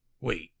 Wait